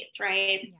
Right